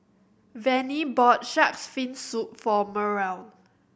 Vannie bought Shark's Fin Soup for Merl